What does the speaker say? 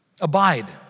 Abide